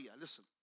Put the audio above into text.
listen